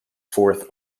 fourth